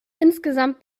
insgesamt